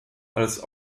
als